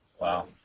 Wow